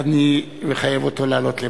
אני מחייב אותו לעלות למעלה.